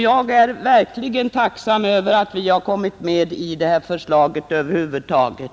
Jag är verkligen tacksam över att vi har kommit med i detta förslag över huvud taget.